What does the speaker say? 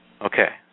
Okay